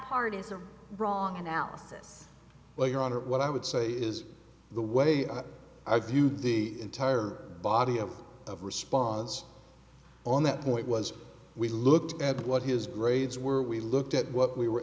part is a wrong analysis well your honor what i would say is the way i do the entire body of of response on that point was we looked at what his grades were we looked at what we were